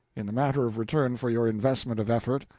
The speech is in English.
in the matter of return for your investment of effort,